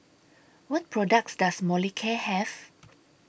What products Does Molicare Have